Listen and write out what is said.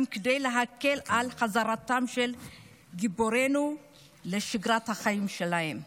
כדי להקל על חזרתם של גיבורינו לשגרת החיים שלהם.